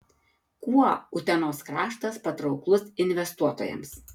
kuo utenos kraštas patrauklus investuotojams